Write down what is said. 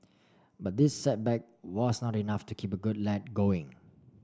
but this setback was not enough to keep a good lad going